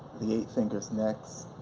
the eight fingers next,